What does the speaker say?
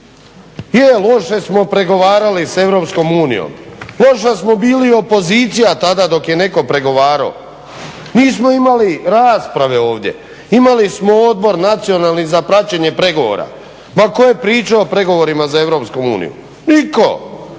je loše smo pregovarali sa EU, loša smo bili opozicija tada dok je netko pregovaro. Nismo imali rasprave ovdje. Imali smo Odbor nacionalni za praćenje pregovora. Ma ko je pričao o pregovorima sa EU? Nitko!